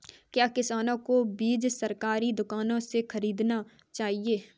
क्या किसानों को बीज सरकारी दुकानों से खरीदना चाहिए?